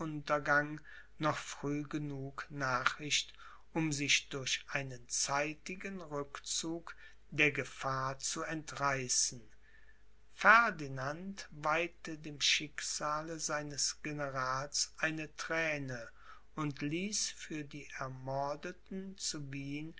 noch früh genug nachricht um sich durch einen zeitigen rückzug der gefahr zu entreißen ferdinand weihte dem schicksale seines generals eine thräne und ließ für die ermordeten zu wien